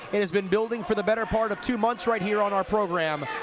it has been building for the better part of two months right here on our program.